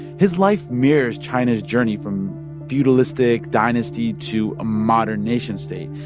his life mirrors china's journey from feudalistic dynasty to a modern nation-state.